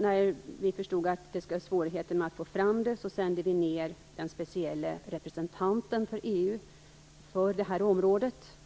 När vi förstod att det skulle bli svårigheter med att få fram det sände vi ned EU:s speciella representant för det här området